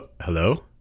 hello